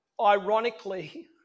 Ironically